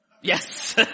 Yes